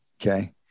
Okay